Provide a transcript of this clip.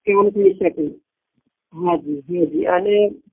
એવમ થઈ શકે હાજી હાજી અને